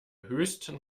höchsten